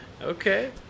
Okay